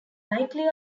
likely